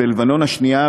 במלחמת לבנון השנייה,